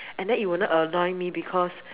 and then it will not annoy me because